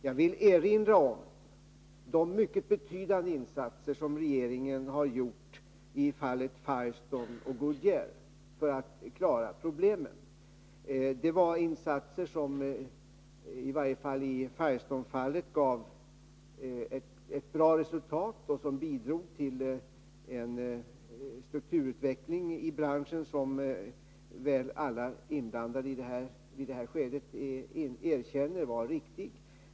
Jag vill erinra om de mycket betydande insatser som regeringen har gjort i fallen Firestone och Goodyear för att klara problemen. Det var insatser som åtminstone i Firestonefallet gav ett bra resultat och bidrog till en strukturutveckling i branschen som väl alla inblandade i det här skedet erkänner var riktig.